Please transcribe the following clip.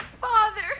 Father